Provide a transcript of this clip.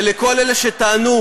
ולכל אלה שטענו,